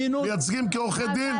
מייצגים כעורכי דין,